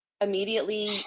immediately